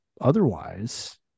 otherwise